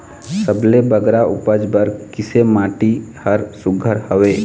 सबले बगरा उपज बर किसे माटी हर सुघ्घर हवे?